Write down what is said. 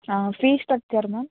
fees structure ma'am